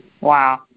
Wow